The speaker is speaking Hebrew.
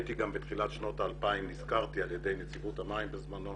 בתחילת שנות ה-2000 נשכרתי על ידי נציבות המים בזמנו